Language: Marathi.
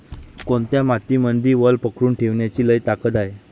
कोनत्या मातीमंदी वल पकडून ठेवण्याची लई ताकद हाये?